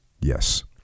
Yes